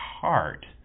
heart